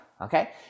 Okay